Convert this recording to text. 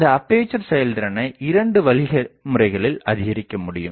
இந்த அப்பேசர் செயல்திறனை 2 வழிமுறைகளில் அதிகரிக்க முடியும்